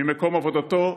ממקום עבודתו,